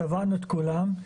צבענו את כולם.